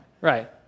Right